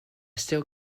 still